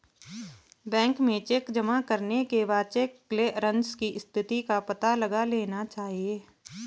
bank में cheque जमा करने के बाद चेक क्लेअरन्स की स्थिति का पता लगा लेना चाहिए